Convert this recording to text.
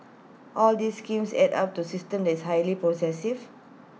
all these schemes add up to system that is highly